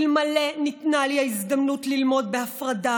אלמלא ניתנה לי ההזדמנות ללמוד בהפרדה